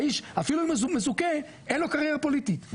האיש אפילו אם מזוכה אין לו קריירה פוליטית.